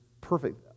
perfect